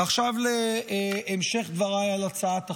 ועכשיו להמשך דבריי על הצעת החוק: